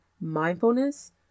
mindfulness